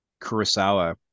kurosawa